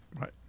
Right